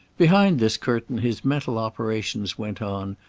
behind this curtain his mental operations went on,